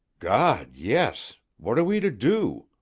god! yes what are we to do?